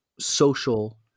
Social